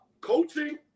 coaching